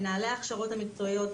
מנהלי ההכשרות המקצועיות,